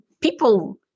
people